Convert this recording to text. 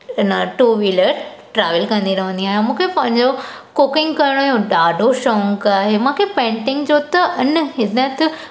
इन two wheeler travel कंदी रहंदी आहियां मूंखे पंहिंजो कुकिंग करण जो ॾाढो शौंक़ु आहे मूंखे पैंटिंग जो त बेहदि